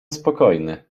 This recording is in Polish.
spokojny